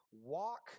walk